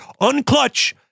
Unclutch